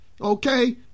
Okay